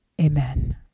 Amen